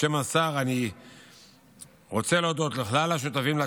בשם השר, אני רוצה להודות לכלל השותפים לתהליך,